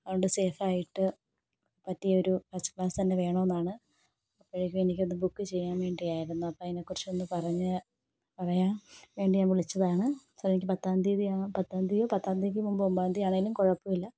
അതുകൊണ്ട് സേഫായിട്ട് പറ്റിയ ഒരു ഫസ്റ്റ് ക്ലാസ് തന്നെ വേണമെന്നാണ് അപ്പോഴേക്കും എനിക്ക് അത് ബുക്ക് ചെയ്യാൻ വേണ്ടിയായിരുന്നു അപ്പം അതിനെക്കുറിച്ചൊന്ന് പറഞ്ഞു പറയാൻ വേണ്ടി ഞാൻ വിളിച്ചതാണ് എനിക്ക് പത്താം തീയതി പത്താം തീയതിയോ പത്താം തീയതിക്ക് മുൻപ് ഒൻപതാം തീയതി ആണെങ്കിലും കുഴപ്പമില്ല